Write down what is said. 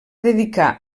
dedicar